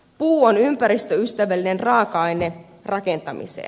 puu on ympäristöystävällinen raaka aine rakentamiseen